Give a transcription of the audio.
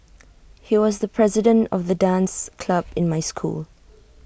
he was the president of the dance club in my school